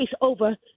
over